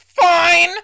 fine